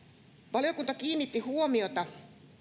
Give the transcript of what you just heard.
valiokunta kiinnitti huomiota